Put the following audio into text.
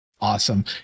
awesome